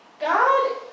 God